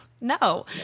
no